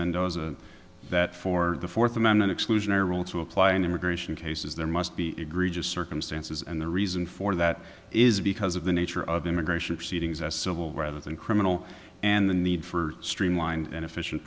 mendoza that for the fourth amendment exclusionary rule to apply in immigration cases there must be egregious circumstances and the reason for that is because of the nature of immigration proceedings as civil rather than criminal and the need for streamlined and efficient